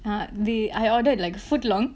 ah they I ordered like footlong